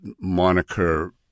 moniker